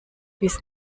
bis